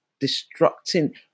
destructing